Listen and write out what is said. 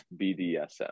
bdsm